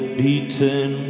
beaten